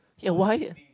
ya why